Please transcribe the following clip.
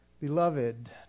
beloved